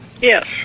Yes